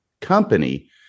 company